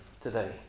Today